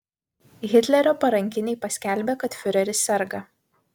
hitlerio parankiniai paskelbė kad fiureris serga